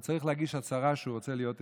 הוא צריך להגיש הצהרה שהוא רוצה להיות אזרח.